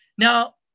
Now